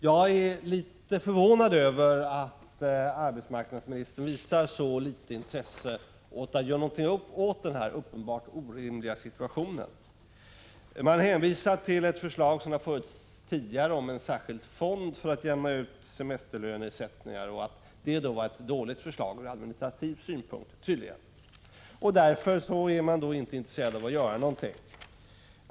Jag är något förvånad över att arbetsmarknadsministern visar så litet intresse för att göra något åt denna uppenbart orimliga situation. Hon hänvisar till ett tidigare diskuterat förslag om en särskild fond för att jämna ut semesterlöneersättningar och anser tydligen att det ur administrativ synpunkt var ett dåligt förslag. Därför är man inte intresserad av att göra någonting.